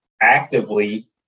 actively